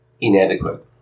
inadequate